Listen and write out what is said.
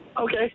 Okay